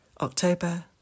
October